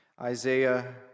Isaiah